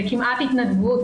כמעט בהתנדבות,